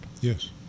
Yes